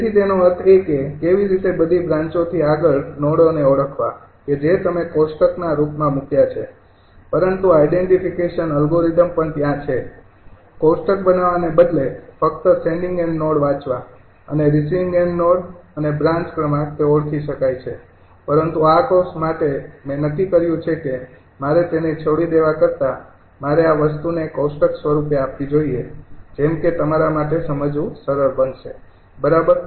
તેથી તેનો અર્થ એ કે કેવી રીતે બધી બ્રાંચોથી આગળ નોડોને ઓળખવા કે જે તમે કોષ્ટકના રૂપમાં મૂક્યા છે પરંતુ આઈડેન્તિફિકેશન અલ્ગોરિધમ પણ ત્યાં છે કોષ્ટક બનાવવાને બદલે ફક્ત સેંડિંગ એન્ડ નોડ વાંચવા અને રિસીવિંગ એન્ડ નોડ અને બ્રાન્ચ ક્રમાંક તે ઓળખી શકાય છે પરંતુ આ કોર્સ માટે મેં નક્કી કર્યું છે કે મારે તેને છોડી દેવા કરતાં મારે આ વસ્તુને કોષ્ટક સ્વરૂપે આપવી જોઇએ જેમ કે તમારા માટે સમજવું સરળ બનશે બરાબર